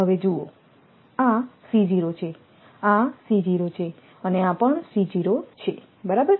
હવેજુઓ આ છેઆ છે અને આ પણ છે બરાબર